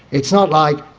it's not like,